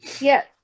Yes